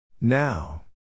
now